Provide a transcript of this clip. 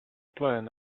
plan